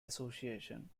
association